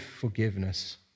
forgiveness